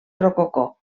rococó